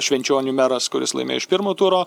švenčionių meras kuris laimėjo iš pirmo turo